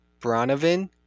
Bronovan